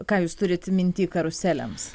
ką jūs turit minty karuselėms